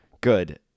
Good